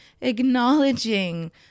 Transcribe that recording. acknowledging